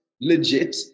legit